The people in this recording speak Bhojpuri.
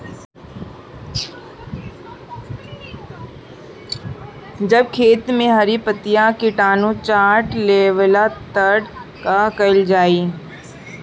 जब खेत मे हरी पतीया किटानु चाट लेवेला तऽ का कईल जाई?